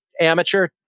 Amateur